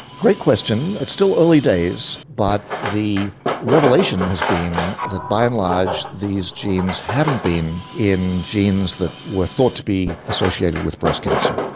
great question. it's still early days but the revelation has been that by and large these genes haven't been in genes that were thought to be associated with breast cancer.